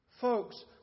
Folks